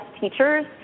teachers